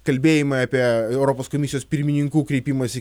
kalbėjimai apie europos komisijos pirmininkų kreipimąsi